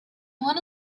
wanna